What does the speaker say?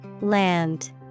Land